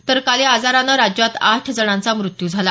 तर काल या आजारानं राज्यात आठ जणांचा मृत्यू झाला